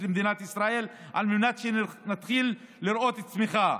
למדינת ישראל על מנת שנתחיל לראות צמיחה.